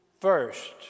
first